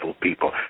people